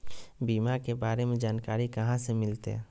बीमा के बारे में जानकारी कहा से मिलते?